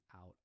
out